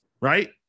right